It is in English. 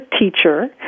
teacher